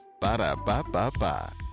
Ba-da-ba-ba-ba